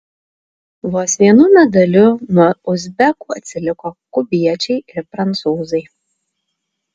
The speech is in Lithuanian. vos vienu medaliu nuo uzbekų atsiliko kubiečiai ir prancūzai